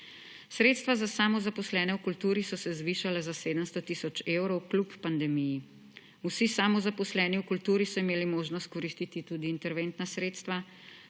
Sredstva za samozaposlene v kulturi so se zvišale za 700 tisoč evrov kljub pandemiji. Vsi samozaposleni v kulturi so imeli možnost koristiti tudi interventna sredstva